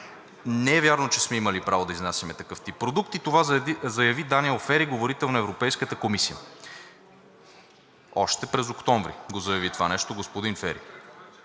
Не е вярно, че сме имали право да изнасяме такъв тип продукти – това заяви Даниел Фери, говорител на Европейската комисия. Още през октомври го заяви това нещо господин Фери,